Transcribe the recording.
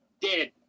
dead